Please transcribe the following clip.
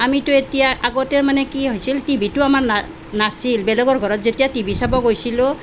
আমিতো এতিয়া আগতে মানে কি হৈছিল টিভিটো আমাৰ নাছিল বেলেগৰ ঘৰত যেতিয়া টিভি চাব গৈছিলোঁ